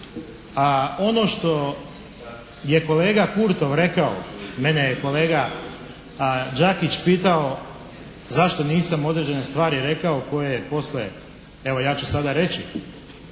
ono što je kolega Kurtov rekao, mene je kolega Đakić pitao zašto nisam određene stvari rekao koje postoje. Evo ja ću sada reći.